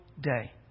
day